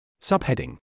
Subheading